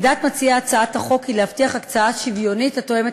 עמדת מציע הצעת החוק היא להבטיח הקצאה שוויונית התואמת